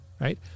right